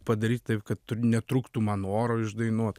padaryt taip kad netrūktų man oro išdainuot